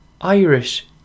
Irish